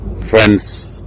Friends